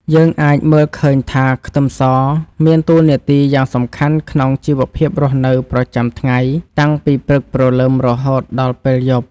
យើងអាចមើលឃើញថាខ្ទឹមសមានតួនាទីយ៉ាងសំខាន់ក្នុងជីវភាពរស់នៅប្រចាំថ្ងៃតាំងពីព្រឹកព្រលឹមរហូតដល់ពេលយប់។